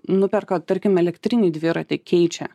nuperka tarkim elektrinį dviratį keičia